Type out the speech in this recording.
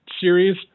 series